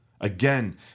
Again